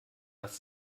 was